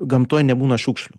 gamtoj nebūna šiukšlių